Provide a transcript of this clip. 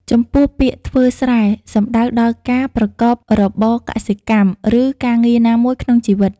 ចំពោះពាក្យ ធ្វើស្រែ សំដៅដល់ការប្រកបរបរកសិកម្ម ឬការងារណាមួយក្នុងជីវិត។